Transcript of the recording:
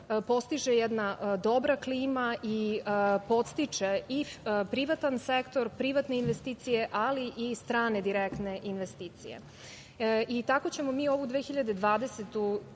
postiže jedna dobra klima i podstiče privatan sektor, privatne investicije ali i strane direktne investicije. Tako ćemo mi ovu 2020.